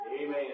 Amen